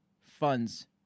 funds